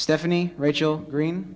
stephanie rachel green